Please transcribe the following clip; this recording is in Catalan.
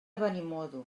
benimodo